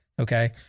okay